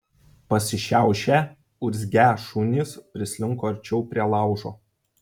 pasišiaušę urzgią šunys prislinko arčiau prie laužo